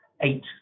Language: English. eight